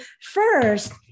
first